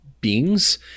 beings